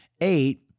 eight